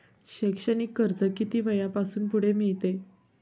शैक्षणिक कर्ज किती वयापासून पुढे मिळते?